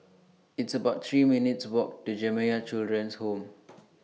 It's about three minutes' Walk to Jamiyah Children's Home